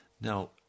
Now